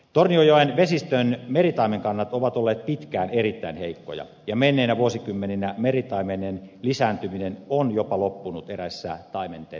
tornionjoen vesistön meritaimenkannat ovat olleet pitkään erittäin heikkoja ja menneinä vuosikymmeninä meritaimenen lisääntyminen on jopa loppunut eräissä taimenten kutujoissa